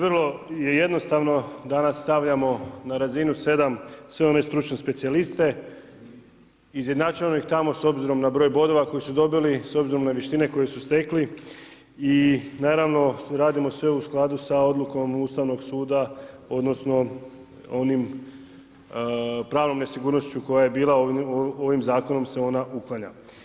Vrlo je jednostavno, danas stavljamo na razinu 7 sve one stručne specijaliste, izjednačavamo ih tamo s obzirom na broj bodova, koje su dobili, s obzirom na vještine koje su stekli naravno radimo sve u skladu sa odlukom Ustavnog suda, odnosno, onim pravnom nesigurnošću koja je bila ovim zakonom se ona uklanja.